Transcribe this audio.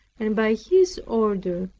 and by his order.